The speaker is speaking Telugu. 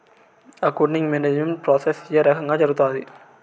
అకౌంటింగ్ మేనేజ్మెంట్ ప్రాసెస్ ఏ రకంగా జరుగుతాది